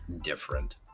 different